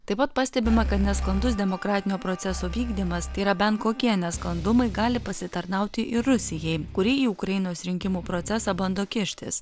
taip pat pastebima kad nesklandus demokratinio proceso vykdymas tai yra bent kokie nesklandumai gali pasitarnauti ir rusijai kuri į ukrainos rinkimų procesą bando kištis